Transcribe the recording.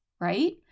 right